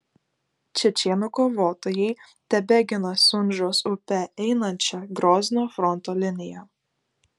čečėnų kovotojai tebegina sunžos upe einančią grozno fronto liniją